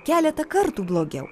keletą kartų blogiau